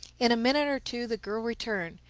in a minute or two the girl returned,